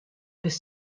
bis